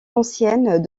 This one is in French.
anciennes